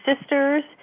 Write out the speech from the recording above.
sisters